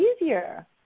easier